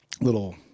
little